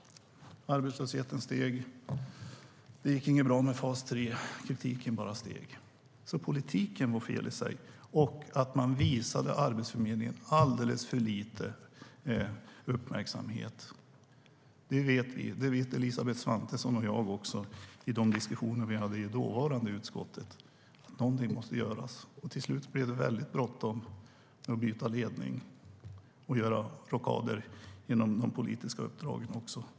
Arbetslösheten steg. Det gick inte bra med fas 3. Kritiken stegrades. Politiken var fel i sig, och man visade Arbetsförmedlingen alldeles för lite uppmärksamhet. Elisabeth Svantesson och jag vet att det kom fram i diskussionerna i det dåvarande utskottet. Någonting måste göras. Till slut blev det bråttom med att byta ledning och göra rockader inom de politiska uppdragen.